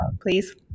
Please